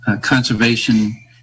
conservation